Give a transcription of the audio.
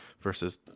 versus